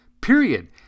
period